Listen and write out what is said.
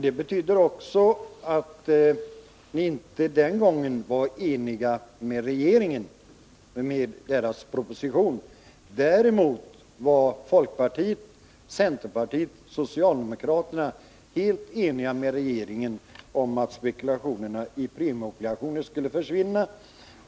Det betyder att ni inte heller den gången var eniga med regeringen om dess proposition. Däremot var folkpartiet, centerpartiet och socialdemokraterna helt eniga med regeringen om att spekulationen i premieobligationer skulle försvinna.